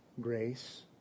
Grace